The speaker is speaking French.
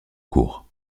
cours